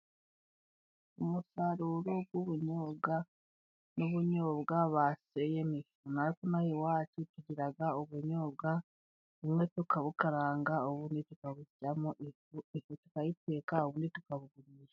Umusaruro w'ubunyobwa n'ubunyobwa baseye, natwe inaha iwacu tugira ubunyobwa, rimwe tukabukaranga, ubundi tukabushyiramo ifu tukayiteka, ubundi tukabugurisha.